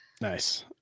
Nice